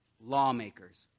lawmakers